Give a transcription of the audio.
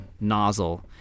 nozzle